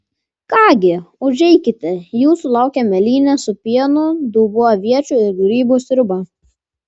ką gi užeikite jūsų laukia mėlynės su pienu dubuo aviečių ir grybų sriuba